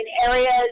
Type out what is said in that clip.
areas